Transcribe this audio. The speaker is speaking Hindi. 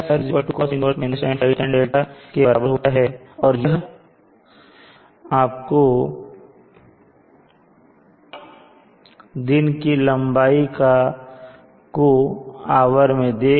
ωsr cos 1 tan ϕ tan δ के बराबर होता है और यह आपको दिन की लंबाई को आवर में देगा